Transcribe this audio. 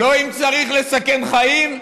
לא אם צריך לסכן חיים,